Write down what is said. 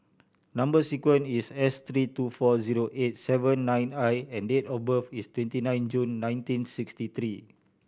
number sequence is S three two four zero eight seven nine I and date of birth is twenty nine June nineteen sixty three